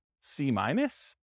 C-minus